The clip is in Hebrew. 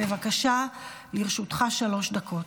בבקשה, לרשותך שלוש דקות.